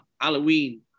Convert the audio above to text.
Halloween